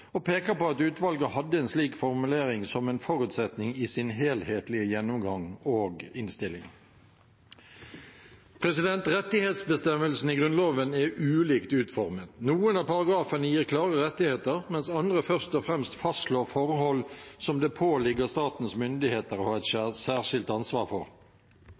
og peker på at utvalget hadde en slik formulering som en forutsetning i sin helhetlige gjennomgang og innstilling. Rettighetsbestemmelsene i Grunnloven er ulikt utformet. Noen av paragrafene gir klare rettigheter, mens andre først og fremst fastslår forhold som det påligger statens myndigheter å ha et særskilt ansvar for.